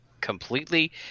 completely